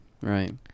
right